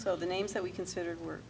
so the names that we considered w